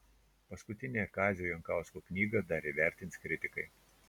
paskutinę kazio jankausko knygą dar įvertins kritikai